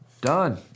Done